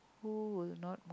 who will not